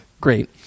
great